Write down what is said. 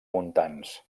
montans